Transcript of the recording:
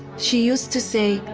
she used to say,